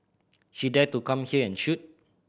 she dare to come here and shoot